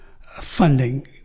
funding